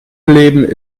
leben